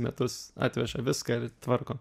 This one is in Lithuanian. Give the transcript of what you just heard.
metus atveža viską ir tvarko